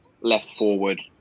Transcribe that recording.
left-forward